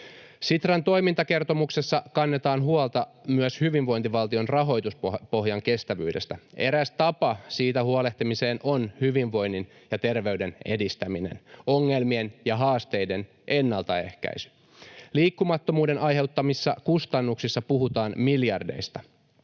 Sitran toimintakertomuksessa kannetaan huolta myös hyvinvointivaltion rahoituspohjan kestävyydestä. Eräs tapa siitä huolehtimiseen on hyvinvoinnin ja terveyden edistäminen, ongelmien ja haasteiden ennaltaehkäisy. Liikkumattomuuden aiheuttamissa kustannuksissa puhutaan miljardeista.